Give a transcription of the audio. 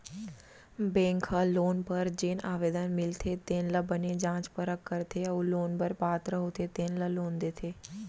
bank ह loan बर जेन आवेदन मिलथे तेन ल बने जाँच परख करथे अउ लोन बर पात्र होथे तेन ल लोन देथे